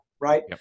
right